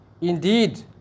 Indeed